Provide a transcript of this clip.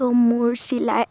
ত' মোৰ চিলাই